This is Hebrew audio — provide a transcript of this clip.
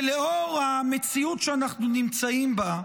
ולאור המציאות שאנחנו נמצאים בה,